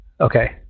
Okay